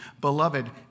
beloved